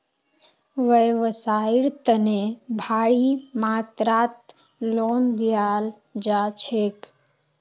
व्यवसाइर तने भारी मात्रात लोन दियाल जा छेक